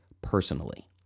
personally